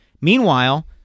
Meanwhile